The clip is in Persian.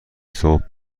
صبح